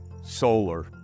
solar